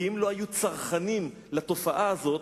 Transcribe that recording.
כי אם לא היו צרכנים לתופעה הזאת,